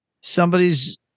somebody's